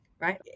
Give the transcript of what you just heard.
right